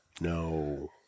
No